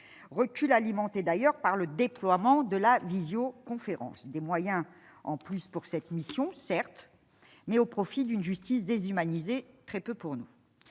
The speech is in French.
reculent alimenter d'ailleurs par le déploiement de la visio-conférence des moyens en plus pour cette mission, certes, mais au profit d'une justice déshumanisée, très peu pour nous